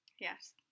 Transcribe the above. yes